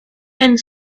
and